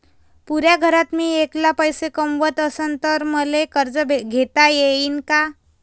पुऱ्या घरात मी ऐकला पैसे कमवत असन तर मले कर्ज घेता येईन का?